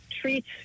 treats